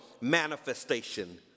manifestation